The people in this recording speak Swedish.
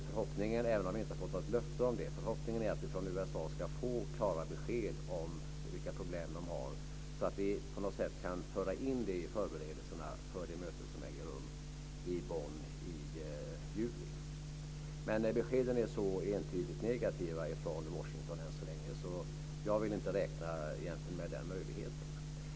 Förhoppningen, även om vi inte har fått något löfte om det, är att vi från USA ska få klara besked om vilka problem de har, så att vi på något sätt kan föra in det i förberedelserna för det möte som äger rum i Bonn i juli. Men beskeden är än så länge så entydigt negativa från Washington, så jag vill egentligen inte räkna med den möjligheten.